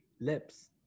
lips